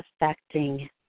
affecting